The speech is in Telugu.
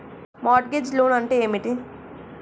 మార్ట్ గేజ్ లోన్ అంటే ఏమిటి?